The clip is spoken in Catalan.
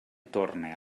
torne